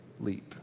leap